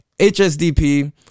HSDP